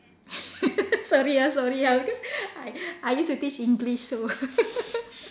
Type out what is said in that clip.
sorry ah sorry ah because I I used to teach English so